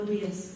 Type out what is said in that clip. yes